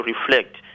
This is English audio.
reflect